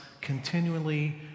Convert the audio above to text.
continually